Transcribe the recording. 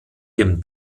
dem